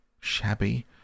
shabby